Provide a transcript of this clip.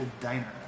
diner